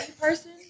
person